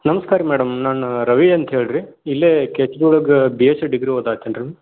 ನಮ್ಸ್ಕಾರ ರೀ ಮೇಡಮ್ ನಾನು ರವಿ ಅಂತ ಹೇಳ್ರಿ ಇಲ್ಲೇ ಕೆ ಎಚ್ ಬಿ ಒಳಗೆ ಬಿ ಎಸ್ ಸಿ ಡಿಗ್ರಿ ಓದಾಕತಿನಿ ರೀ